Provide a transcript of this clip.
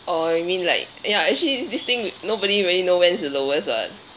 or you mean like ya actually this thing nobody really know when is the lowest [what]